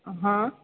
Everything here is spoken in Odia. ହଁ